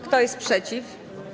Kto jest przeciw?